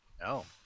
No